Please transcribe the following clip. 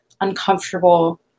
uncomfortable